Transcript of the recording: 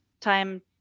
time